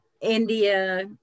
india